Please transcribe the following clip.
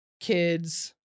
kids